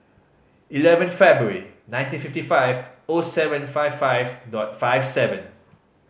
eleven February nineteen fifty five O seven five five dot five seven